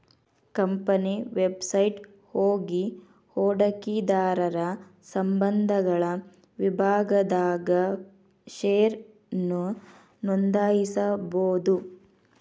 company website ಹೋಗಿ ಹೂಡಕಿದಾರರ ಸಂಬಂಧಗಳ ವಿಭಾಗದಾಗ ಷೇರನ್ನ ನೋಂದಾಯಿಸಬೋದು